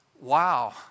Wow